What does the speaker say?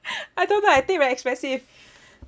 I don't know I think very expensive